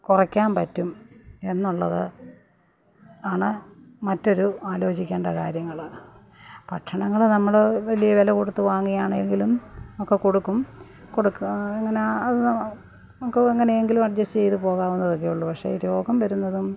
കുറയ്ക്കാന് പറ്റും എന്നുള്ളത് ആണ് മറ്റൊരു ആലോചിക്കേണ്ട കാര്യങ്ങള് ഭക്ഷണങ്ങള് നമ്മള് വലിയ വില കൊടുത്ത് വാങ്ങിയാണെങ്കിലും ഒക്കെ കൊടുക്കും കൊടുക്കാ എങ്ങനാ നമുക്ക് എങ്ങനെയെങ്കിലും അഡ്ജസ്റ്റ് ചെയ്ത പോകാവുന്നതൊക്കേയുള്ളു പക്ഷേ രോഗം വരുന്നതും